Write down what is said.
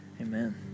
Amen